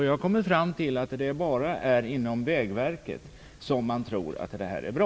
Jag har kommit fram till att det bara är på Vägverket som man tror att det här är bra.